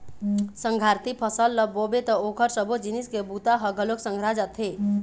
संघराती फसल ल बोबे त ओखर सबो जिनिस के बूता ह घलोक संघरा जाथे